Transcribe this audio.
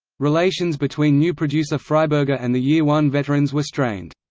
relations between new producer freiberger and the year one veterans were strained.